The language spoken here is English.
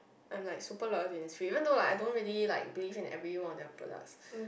I'm like super loyal to Innisfree even though like I don't really like believe in every one of their products